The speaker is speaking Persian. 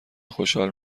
خوشحال